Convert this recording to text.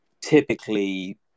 typically